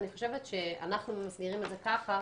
אנחנו חושבת שאנחנו מסדירים את זה ככה,